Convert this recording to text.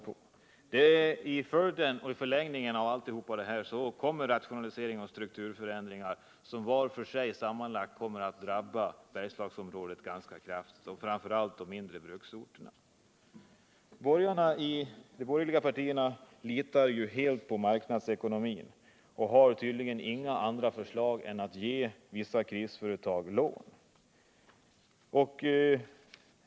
I förlängningen av allt detta finner vi att det här är fråga om rationaliseringar och strukturförändringar som kommer att drabba Bergslagsområdet ganska kraftigt, framför allt då de mindre bruksorterna. De borgerliga partierna litar helt på marknadsekonomin och har tydligen inga andra förslag att komma med än att ge vissa krisföretag lån.